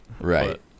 Right